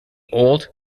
old